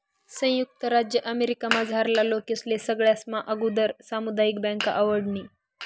संयुक्त राज्य अमेरिकामझारला लोकेस्ले सगळास्मा आगुदर सामुदायिक बँक आवडनी